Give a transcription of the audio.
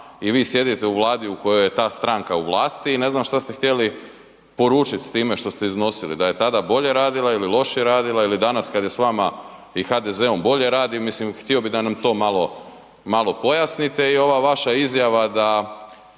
i vi sjedite u Vladi u kojoj je ta stranka u vlasti i ne znam šta ste htjeli poručit s time što ste iznosili, da je tada bolje radila ili lošije radila ili danas kad je s vama i HDZ-om bolje radi, mislim htio bi da nam to malo, malo pojasnite i ova vaša izjava da